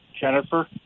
Jennifer